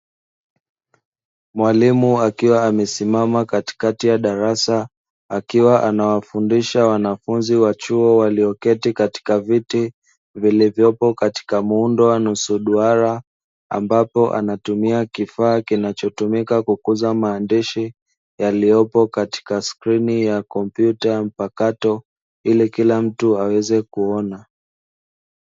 Mwalimu akiwa amesimama katikati ya darasa, akiwa anawafundisha wanafunzi wa chuo walioketi katika viti vilivyopo katika muundo wa nusu duara, ambapo anatumia kifaa kinachotumika kukuza maandishi yaliyopo katika skrini ya kompyuta mpakato ili kila mtu aweze kuona.